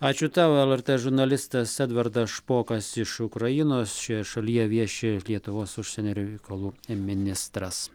ačiū tau lrt žurnalistas edvardas špokas iš ukrainos šioje šalyje vieši lietuvos užsienio reikalų ministras